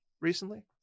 recently